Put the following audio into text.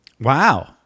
Wow